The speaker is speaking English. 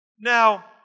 Now